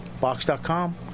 box.com